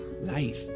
Life